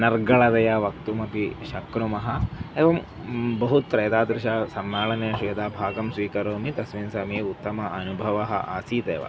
अनर्गळतया वक्तुमपि शक्नुमः एवं बहुत्र एतादृशेषु सम्मेलनेषु यदा भागं स्वीकरोमि तस्मिन् समये उत्तमः अनुभवः आसीदेव